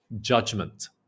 judgment